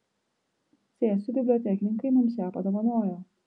cėsių bibliotekininkai mums ją padovanojo